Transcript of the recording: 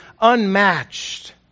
unmatched